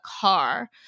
car